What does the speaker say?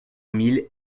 mille